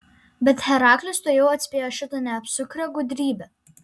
bet heraklis tuojau atspėjo šitą neapsukrią gudrybę